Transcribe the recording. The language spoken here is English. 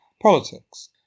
politics